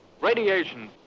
Radiation